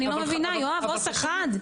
אני לא מבינה יואב, עו״ס אחד.